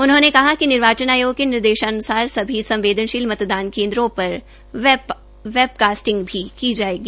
उन्होंने कहा कि निर्वाचन आयोग के निर्देशानुसार सभी संवेदनर्शोल मतदान केन्द्रों पर वेब कास्टिंग भी की जाएगी